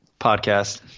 podcast